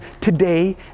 today